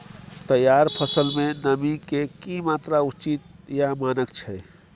तैयार फसल में नमी के की मात्रा उचित या मानक छै?